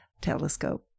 telescope